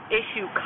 issue